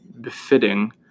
befitting